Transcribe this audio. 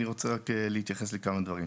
אני רוצה רק להתייחס לכמה דברים: